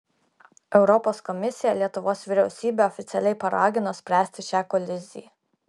europos komisija lietuvos vyriausybę oficialiai paragino spręsti šią koliziją